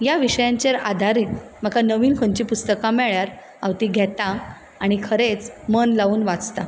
ह्या विशयांचेर आदारीत म्हाका नवीन खंयचीं पुस्तकां मेळात हांव तीं घेतां आणी खरेंच मन लावन वाचतां